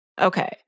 Okay